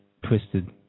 twisted